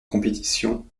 compétition